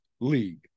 League